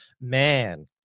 man